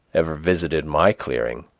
ever visited my clearing.